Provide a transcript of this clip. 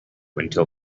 until